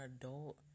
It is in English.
adult